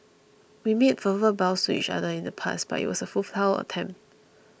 we made verbal vows to each other in the past but it was a futile attempt